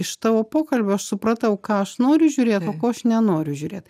iš tavo pokalbio aš supratau ką aš noriu žiūrėt o ko aš nenoriu žiūrėt